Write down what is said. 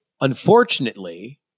Unfortunately